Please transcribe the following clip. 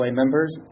members